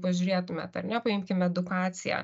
pažiūrėtumėt ar ne paimkim edukaciją